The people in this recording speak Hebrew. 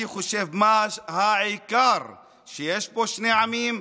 אני חושב שהעיקר הוא שיש פה שני עמים,